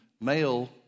male